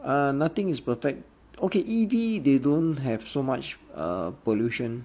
uh nothing is perfect okay E_V they don't have so much uh pollution